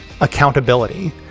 accountability